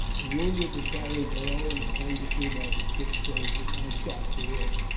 the wounded were carried below, and attended to by the ship's surgeon and doctor rae.